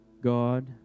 God